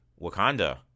Wakanda